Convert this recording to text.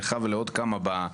במיוחד,